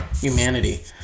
humanity